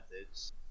methods